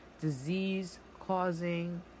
disease-causing